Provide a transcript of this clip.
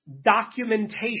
documentation